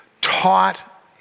taught